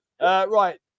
Right